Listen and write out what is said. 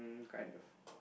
um kind of